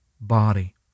body